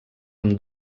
amb